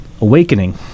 awakening